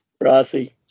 Rossi